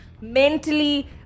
Mentally